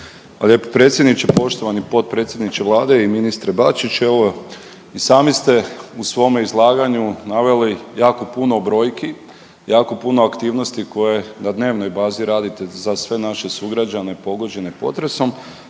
lijepo predsjedniče. Poštovani potpredsjedniče Vlade i ministre Bačić, evo i sami ste u svome izlaganju naveli jako puno brojki, jako puno aktivnosti koje na dnevnoj bazi radite za sve naše sugrađane pogođene potresom